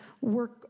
work